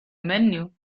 menu